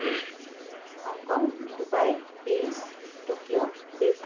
Hong Kong Dubai Paris Tokyo Beijing